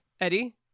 Eddie